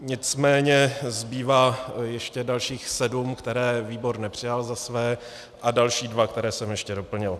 Nicméně zbývá ještě dalších sedm, které výbor nepřijal za své, a další dva, které jsem ještě doplnil.